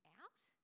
out